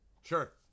Sure